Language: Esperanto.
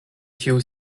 tiu